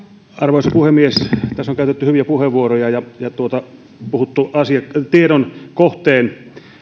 arvoisa puhemies tässä on käytetty hyviä puheenvuoroa ja puhuttu tiedon kohteen